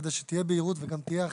כדי שתהיה בהירות וגם תהיה אחידות,